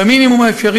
במינימום האפשרי,